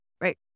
right